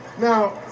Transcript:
Now